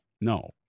No